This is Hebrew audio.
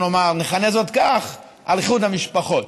איחוד המשפחות.